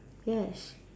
yes